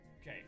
Okay